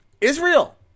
Israel